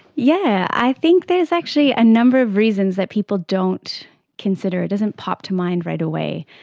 yeah i think there is actually a number of reasons that people don't consider, it doesn't pop to mind right away,